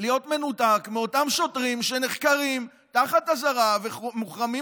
להיות מנותק מאותם שוטרים שנחקרים תחת אזהרה ומוחרמים